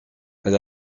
elle